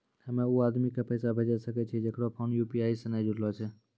हम्मय उ आदमी के पैसा भेजै सकय छियै जेकरो फोन यु.पी.आई से नैय जूरलो छै?